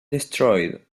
destroyed